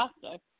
fantastic